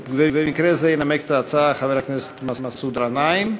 במקרה זה ינמק את ההצעה חבר הכנסת מסעוד גנאים.